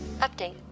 Update